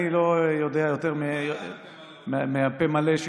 אני לא יודע יותר מהפה המלא,